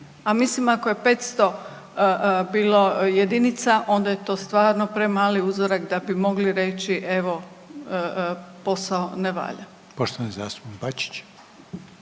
A mislim ako je 500 bilo jedinica onda je to stvarno premali uzorak da bi mogli reći evo posao ne valja. **Reiner,